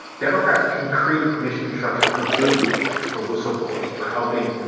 democrats can create a permission structure for good behavior, for whistleblowing, for helping,